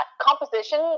composition